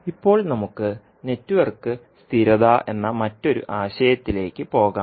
ഇപ്പോൾ നമുക്ക് നെറ്റ്വർക്ക് സ്ഥിരത എന്ന മറ്റൊരു ആശയത്തിലേക്ക് പോകാം